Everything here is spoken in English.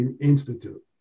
Institute